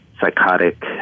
psychotic